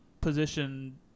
position